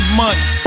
months